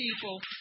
people